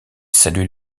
saluent